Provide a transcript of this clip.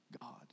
God